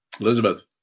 Elizabeth